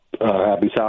Happy